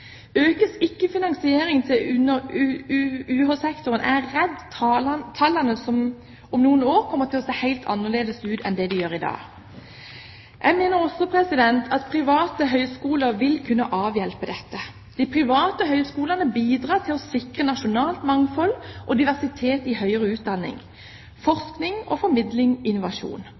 Økes ikke finansieringen til UH-sektoren, er jeg redd tallene om noen år kommer til å se helt annerledes ut enn de gjør i dag. Jeg mener også at private høyskoler vil kunne avhjelpe dette. De private høyskolene bidrar til å sikre nasjonalt mangfold – diversitet – i høyere utdanning, forskning, formidling og innovasjon.